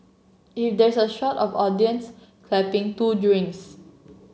if there's a shot of audience clapping two drinks